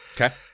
Okay